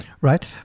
right